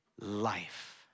life